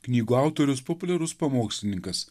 knygų autorius populiarus pamokslininkas